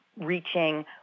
reaching